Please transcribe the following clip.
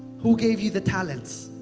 who gave you the talents?